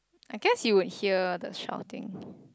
I guess you would hear the shouting